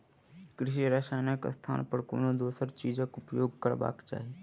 कृषि रसायनक स्थान पर कोनो दोसर चीजक उपयोग करबाक चाही